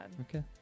Okay